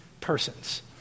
persons